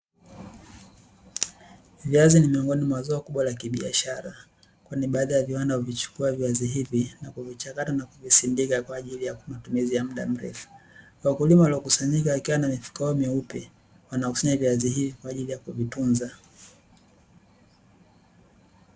Viazi ni miongoni mwa zao kubwa la kibiashara, kwani baadhi ya viwanda huvichukua viazi hivi na kuvichakata na kuvisindika kwa ajili ya matumizi ya muda mrefu, wakulima waliokusanyika wakiwa na mifuko yao meupe wanakusanya viazi hivi kwa ajili ya kuvitunza.